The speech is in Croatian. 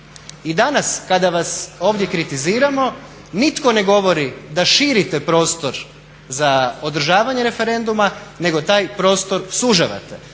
I danas kada vas ovdje kritiziramo nitko ne govori da širite prostor za održavanje referenduma, nego taj prostor sužavate.